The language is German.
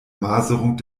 maserung